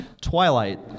Twilight